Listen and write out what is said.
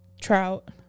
Trout